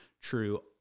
true